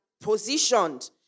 positioned